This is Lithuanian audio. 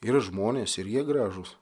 yra žmonės ir jie gražūs